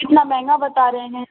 کتنا مہنگا بتا رہے ہیں